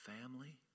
family